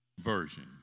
Version